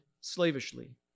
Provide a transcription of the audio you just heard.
slavishly